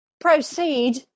proceed